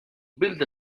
built